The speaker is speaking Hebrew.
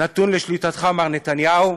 נתון לשליטתך, מר נתניהו.